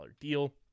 deal